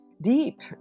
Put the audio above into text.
deep